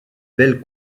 belles